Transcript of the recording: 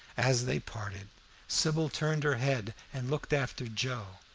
as they parted sybil turned her head and looked after joe,